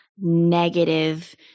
negative –